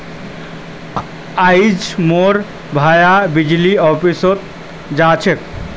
आइज मोर भाया बिजली ऑफिस जा छ